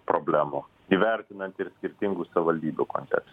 problemų įvertinant ir skirtingų savivaldybių konteks